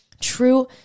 true